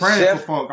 chef